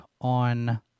on